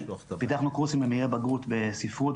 פיתחנו קורסים לבגרות בספרות,